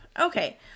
Okay